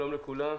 שלום לכולם.